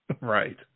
Right